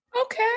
Okay